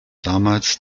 damals